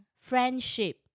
friendship